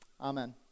Amen